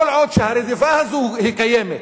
כל עוד הרדיפה הזאת קיימת,